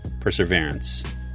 perseverance